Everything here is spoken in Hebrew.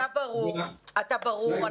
אתה ברור,